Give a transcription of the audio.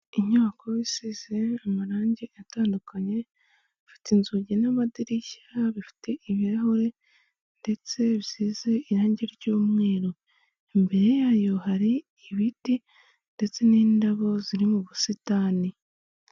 Inyubako isize amarangi atandukanye, ifite inzugi n'amadirishya bifite ibirahure, ndetse bisize irangi ry'umweru. Imbere yayo hari ibiti ndetse n'indabo ziri mu busitani.